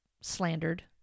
slandered